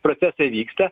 procesai vyksta